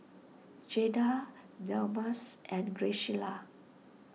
Jaeda Delmas and Graciela